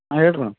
ಹಾಂ ಹೇಳಿರಿ ಮೇಡಮ್